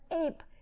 ape